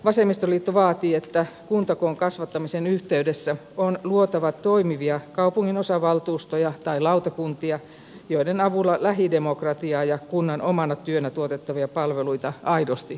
vasemmistoliitto vaatii että kuntakoon kasvattamisen yhteydessä on luotava toimivia kaupunginosavaltuustoja tai lautakuntia joiden avulla lähidemokratiaa ja kunnan omana työnä tuotettavia palveluita aidosti edistetään